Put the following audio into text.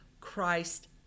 Christ